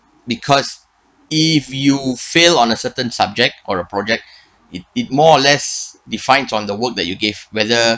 because if you fail on a certain subject or a project it did more or less defined on the work that you gave weather